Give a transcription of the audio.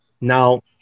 Now